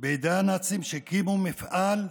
בידי הנאצים, שהקימו מפעל ענק,